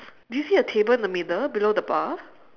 do you see a table in the middle below the bar